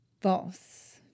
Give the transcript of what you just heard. False